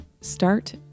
start